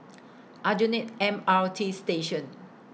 Aljunied M R T Station